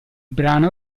brano